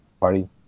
party